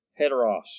heteros